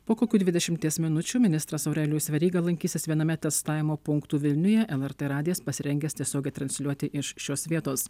po kokių dvidešimties minučių ministras aurelijus veryga lankysis viename testavimo punktų vilniuje lrt radijas pasirengęs tiesiogiai transliuoti iš šios vietos